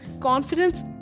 confidence